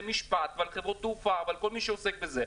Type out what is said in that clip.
משפט ועל חברות תעופה ועל כל מי שעוסק בזה,